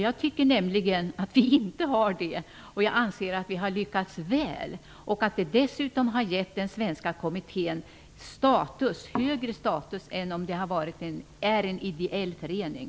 Jag tycker nämligen inte det, utan att vi har lyckats väl. Dessutom har den gett den svenska kommittén högre status än om den hade varit en ideell förening.